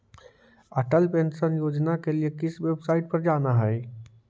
Atal pension योजना के लिए किस वेबसाईट पर जाना हई